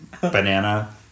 banana